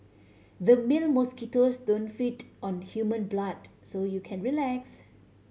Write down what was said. the male mosquitoes don't feed on human blood so you can relax